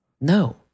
No